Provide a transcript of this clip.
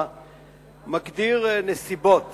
מגדיר נסיבות